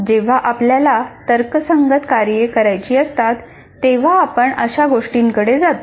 जेव्हा आपल्याला तर्कसंगत कार्ये करायची असतात तेव्हा आपण अशा गोष्टींकडे जातो